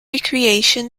recreation